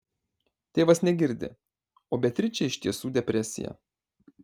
tėvas negirdi o beatričei iš tiesų depresija